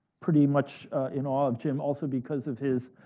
pretty much in awe of jim also because of his